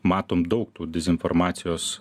matom daug tų dezinformacijos